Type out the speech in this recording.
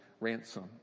ransom